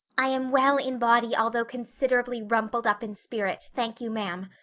i am well in body although considerable rumpled up in spirit, thank you ma'am,